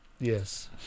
Yes